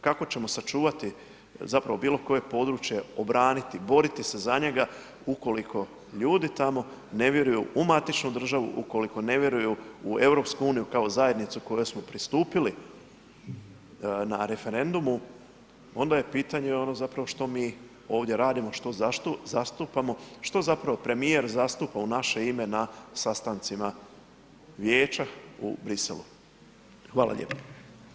Kako ćemo sačuvati zapravo bilo koje područje, obraniti, boriti se za njega ukoliko ljudi tamo ne vjeruju u matičnu državu, ukoliko ne vjeruju u EU kao zajednicu kojoj smo pristupili na referendumu, onda je pitanje ono zapravo što mi ovdje radimo, što zastupamo, što zapravo premijer zastupa u naše ime na sastancima vijeća u Bruxellesu.